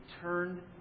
turned